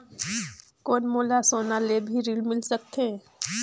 कौन मोला सोना ले भी ऋण मिल सकथे?